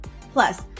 Plus